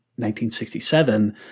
1967